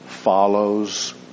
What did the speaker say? follows